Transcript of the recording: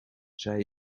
zij